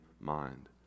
mind